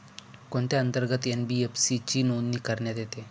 कोणत्या अंतर्गत एन.बी.एफ.सी ची नोंदणी करण्यात येते?